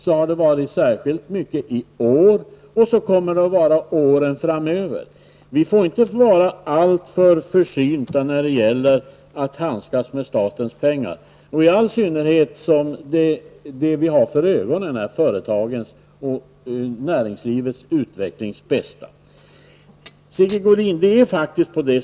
Så har det särskilt mycket varit i år och så kommer det att vara åren framöver. Vi får inte vara alltför försynta då vi handskas med statens pengar, i all synnerhet som det vi har för ögonen är företagens och näringslivets bästa i fråga om utveckling.